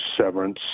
severance